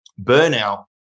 burnout